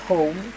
Home